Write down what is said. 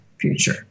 future